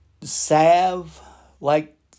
salve-like